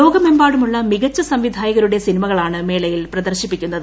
ലോകമെമ്പാടുമുള്ള മികച്ച സംവിധായകരുടെ സിനിമകളാണ് മേളയിൽ പ്രദർശിപ്പിക്കുന്നത്